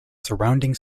surrounding